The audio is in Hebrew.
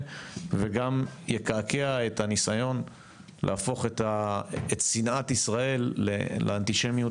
וגם יקעקע את הניסיון להפוך את שנאת ישראל לאנטישמיות